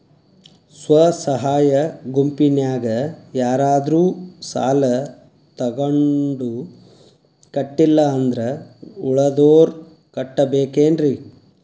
ಸ್ವ ಸಹಾಯ ಗುಂಪಿನ್ಯಾಗ ಯಾರಾದ್ರೂ ಸಾಲ ತಗೊಂಡು ಕಟ್ಟಿಲ್ಲ ಅಂದ್ರ ಉಳದೋರ್ ಕಟ್ಟಬೇಕೇನ್ರಿ?